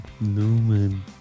Newman